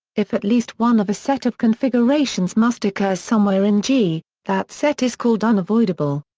if at least one of a set of configurations must occur somewhere in g, that set is called unavoidable.